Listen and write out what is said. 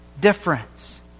difference